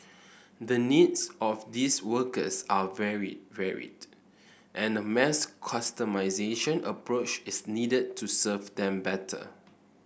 the needs of these workers are very varied and a mass customisation approach is needed to serve them better